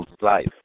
life